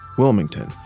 wilmington.